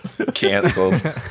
Canceled